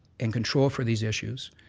and control for these issues.